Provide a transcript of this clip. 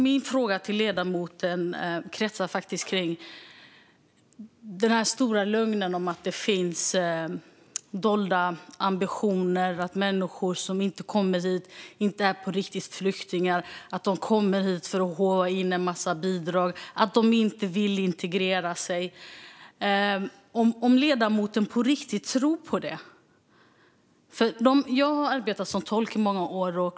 Min fråga till ledamoten kretsar kring den stora lögnen om att det finns dolda ambitioner, att människor som kommer hit inte är flyktingar på riktigt utan kommer hit för att håva in en massa bidrag och att de inte vill integrera sig. Jag undrar om ledamoten på riktigt tror på det. Jag har arbetat som tolk under många år.